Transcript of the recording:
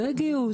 לא יגיעו?